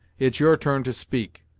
it's your turn to speak,